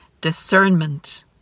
discernment